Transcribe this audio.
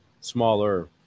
smaller